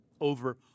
over